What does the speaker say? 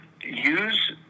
use